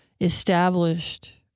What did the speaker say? established